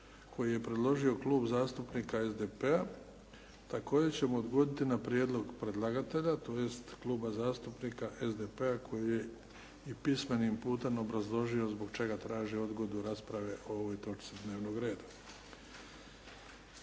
koji je predložio Klub zastupnika SDP-a također ćemo odgoditi na prijedlog predlagatelja tj. Kluba zastupnika SDP-a koji je i pismenim putem obrazložio zbog čega traži odgodu rasprave o ovoj točci dnevnog reda.